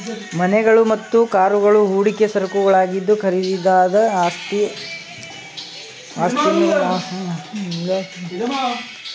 ಮನೆಗಳು ಮತ್ತು ಕಾರುಗಳು ಹೂಡಿಕೆ ಸರಕುಗಳಾಗಿದ್ದು ಖರೀದಿದಾರ ಆಸ್ತಿಯನ್ನಮರುಮಾರಾಟ ಮಾಡಲುಸಾಧ್ಯವಾಗುತ್ತೆ ಎಂದುನಿರೀಕ್ಷಿಸುತ್ತಾನೆ